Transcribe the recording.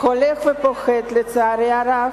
והולך ופוחת לצערי הרב,